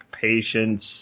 patience